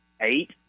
eight